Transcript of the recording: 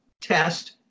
test